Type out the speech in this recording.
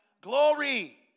Glory